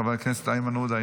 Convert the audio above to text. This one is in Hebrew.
חבר הכנסת איימן עודה,